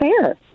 fair